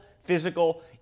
physical